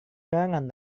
karangan